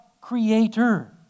creator